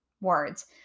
words